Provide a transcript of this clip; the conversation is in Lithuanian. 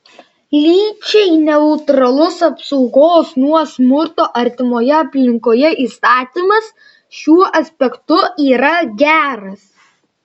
lyčiai neutralus apsaugos nuo smurto artimoje aplinkoje įstatymas šiuo aspektu yra geras